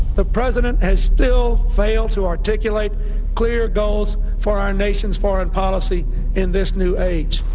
the president has still failed to articulate clear goals for our nation's foreign policy in this new age.